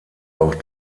auch